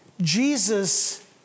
Jesus